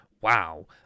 wow